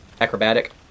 acrobatic